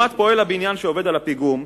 לעומת פועל הבניין שעובד על הפיגום,